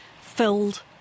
filled